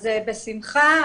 בשמחה.